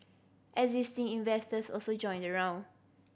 existing investors also joined the round